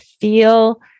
feel